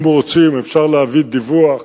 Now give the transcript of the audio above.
אם רוצים, אפשר להביא דיווח